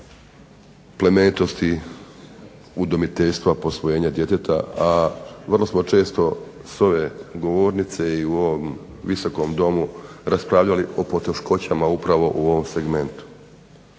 plemenitosti udomiteljstva, posvojenja djeteta a vrlo smo često s ove govornice, i u ovom Visokom domu raspravljali o poteškoćama upravo u ovom segmentu.